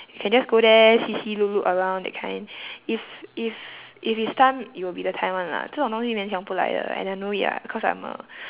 can just go there see see look look around that kind if if if it's time it will be the time [one] lah 这种东西勉强不来的 and I know it ah because I'm a